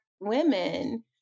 women